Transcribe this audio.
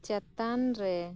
ᱪᱮᱛᱟᱱ ᱨᱮ